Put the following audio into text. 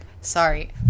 Sorry